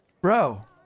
bro